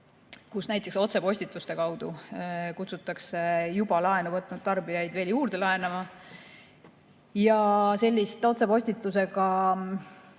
kui näiteks otsepostituste kaudu kutsutakse juba laenu võtnud tarbijaid juurde laenama. Sellist otsepostitusega